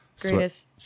greatest